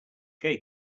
gay